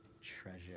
treasure